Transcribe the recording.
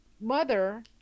mother